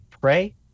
pray